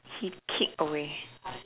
he kick away